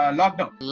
lockdown